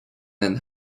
and